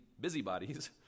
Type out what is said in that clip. busybodies